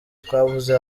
twavuze